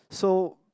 so